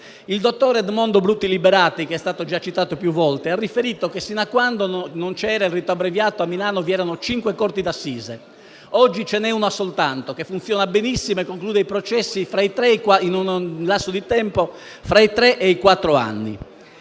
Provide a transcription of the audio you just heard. Il dottor Edmondo Bruti Liberati, che è stato già citato più volte, ha riferito che sino a quando non c'era il rito abbreviato, a Milano c'erano cinque corti d'assise. Oggi ce n'è una soltanto, che funziona benissimo e conclude i processi in un lasso di